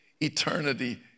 eternity